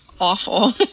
awful